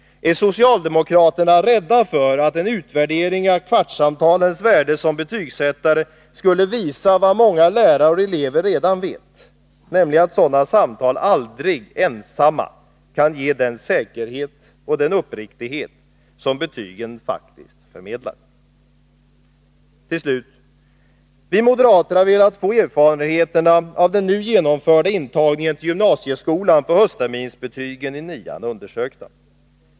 Är socialdemokraterna rädda för att en utvärdering av kvartssamtalens värde som ”betygsättare” skulle visa vad många lärare och elever redan vet, nämligen att sådana samtal aldrig ensamma kan ge den säkerhet och den uppriktighet som betygen faktiskt förmedlar? Till slut: Vi moderater har velat få erfarenheterna av den nu genomförda intagningen till gymnasieskolan på höstterminsbetygen i 9-an undersökta.